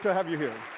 have you here